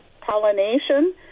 pollination